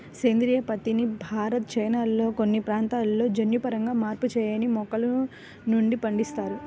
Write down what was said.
సేంద్రీయ పత్తిని భారత్, చైనాల్లోని కొన్ని ప్రాంతాలలో జన్యుపరంగా మార్పు చేయని మొక్కల నుండి పండిస్తారు